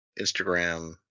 Instagram